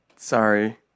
Sorry